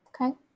Okay